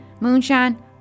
Moonshine